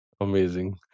Amazing